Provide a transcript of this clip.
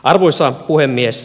arvoisa puhemies